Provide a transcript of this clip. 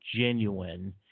genuine